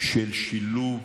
של שילוב